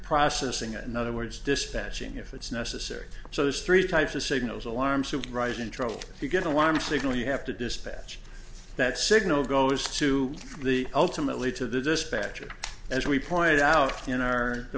processing it in other words dispatching if it's necessary so there's three types of signals alarm suprising trolled you get alarm signal you have to dispatch that signal goes to the ultimately to the dispatcher as we pointed out in our